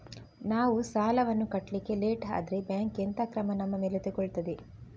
ನಾವು ಸಾಲ ವನ್ನು ಕಟ್ಲಿಕ್ಕೆ ಲೇಟ್ ಆದ್ರೆ ಬ್ಯಾಂಕ್ ಎಂತ ಕ್ರಮ ನಮ್ಮ ಮೇಲೆ ತೆಗೊಳ್ತಾದೆ?